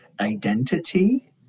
identity